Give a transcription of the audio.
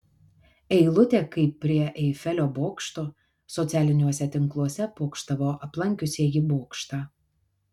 eilutė kaip prie eifelio bokšto socialiniuose tinkluose pokštavo aplankiusieji bokštą